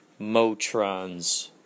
motrons